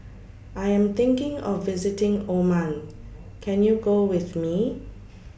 I Am thinking of visiting Oman Can YOU Go with Me